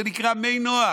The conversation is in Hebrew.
זה נקרא "מי נוח".